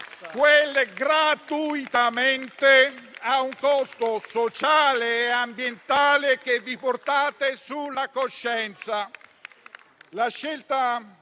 gratuitamente, a un costo sociale e ambientale che vi portate sulla coscienza.